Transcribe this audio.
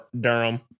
Durham